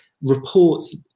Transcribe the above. Reports